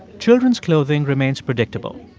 children's clothing remains predictable.